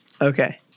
Okay